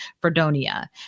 Fredonia